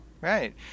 Right